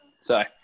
Sorry